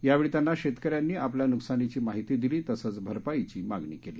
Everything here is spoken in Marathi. यावेळी त्यांना शेतकऱ्यांनी आपल्या नुकसानाची माहिती दिली तसंच भरपाईची मागणीही केली